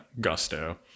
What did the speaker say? gusto